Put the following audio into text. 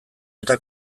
eta